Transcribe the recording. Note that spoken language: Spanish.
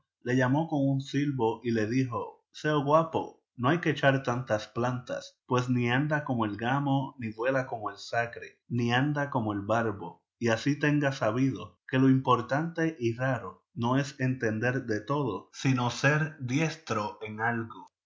le llamó con un silbo y le dijo seo guapo no hay que echar tantas plantas pues ni anda como el gamo ni vuela como el sacre ni nada como el barbo y así tenga sabido que lo importante y raro no es entender de todo sino ser diestro en algo